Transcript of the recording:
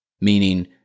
Meaning